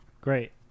Great